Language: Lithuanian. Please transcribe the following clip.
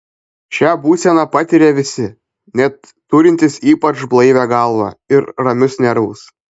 šią būseną patiria visi net turintys ypač blaivią galvą ir ramius nervus